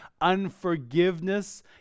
unforgiveness